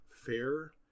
Fair